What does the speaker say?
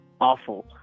awful